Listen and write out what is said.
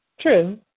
true